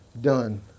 done